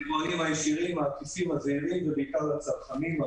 ליבואנים הישירים, העקיפים, הזעירים, לצרכנים.